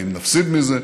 האם נפסיד מזה,